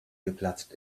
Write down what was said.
geplatzt